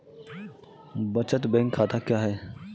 बचत बैंक खाता क्या है?